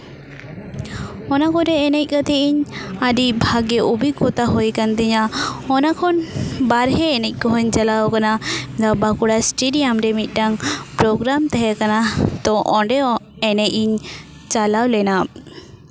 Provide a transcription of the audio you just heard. ᱚᱱᱟ ᱠᱚᱨᱮ ᱮᱱᱮᱡ ᱠᱟᱛᱮᱜ ᱟᱹᱰᱤ ᱵᱷᱟᱜᱮ ᱚᱵᱷᱤᱜᱽᱜᱚᱛᱟ ᱦᱩᱭᱟᱠᱟᱱ ᱛᱤᱧᱟᱹ ᱚᱱᱟ ᱠᱷᱚᱱ ᱵᱟᱨᱦᱮ ᱮᱱᱮᱡ ᱠᱚᱦᱚᱧ ᱪᱟᱞᱟᱣ ᱟᱠᱟᱱᱟ ᱵᱟᱸᱠᱩᱲᱟ ᱥᱴᱮᱰᱤᱭᱟᱢ ᱨᱮ ᱢᱤᱫᱴᱟᱹᱝ ᱯᱨᱳᱜᱨᱟᱢ ᱛᱮᱦᱮᱸᱠᱟᱱ ᱛᱚ ᱚᱸᱰᱮ ᱮᱱᱮᱡ ᱤᱧ ᱪᱟᱞᱟᱣ ᱞᱮᱱᱟ